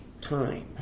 time